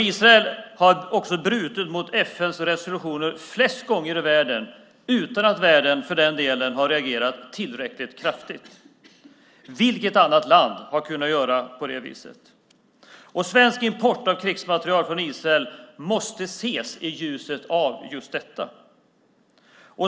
Israel har brutit mot FN:s resolutioner flest gånger i världen utan att världen för den delen har reagerat tillräckligt kraftigt. Vilket annat land har kunnat göra på det viset? Svensk import av krigsmateriel från Israel måste ses i ljuset av just detta.